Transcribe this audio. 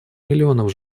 миллионов